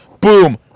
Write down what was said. boom